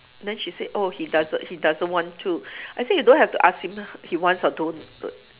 then she said oh he doesn't he doesn't want to I say you don't have to ask him ah he wants or don't don't